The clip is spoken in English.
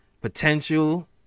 potential